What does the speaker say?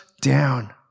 down